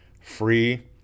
free